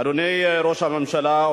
אדוני ראש הממשלה,